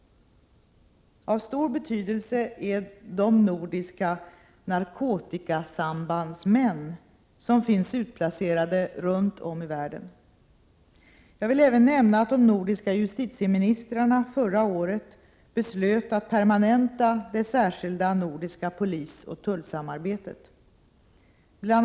Av stor betydelse är de nordiska narkotikasambandsmän som finns utplacerade runt om i världen. Jag vill även nämna att de nordiska justitieministrarna förra året beslöt att permanenta det särskilda nordiska polisoch tullsamarbetet. Bl.